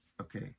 okay